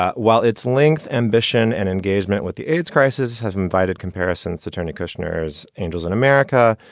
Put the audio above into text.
ah while it's length, ambition and engagement with the aids crisis has invited comparisons to turn to kushner's angels in america,